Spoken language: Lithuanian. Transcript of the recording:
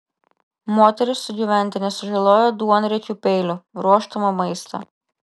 moteris sugyventinį sužalojo duonriekiu peiliu ruošdama maistą